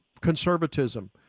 conservatism